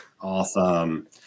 Awesome